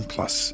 Plus